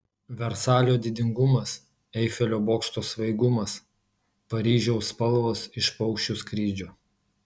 versalio didingumas eifelio bokšto svaigumas paryžiaus spalvos iš paukščių skrydžio